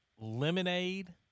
lemonade